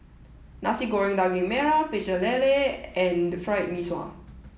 Nasi Goreng Daging Merah Pecel Lele and Fried Mee Sua